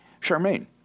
Charmaine